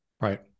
Right